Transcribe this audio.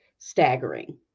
staggering